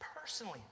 Personally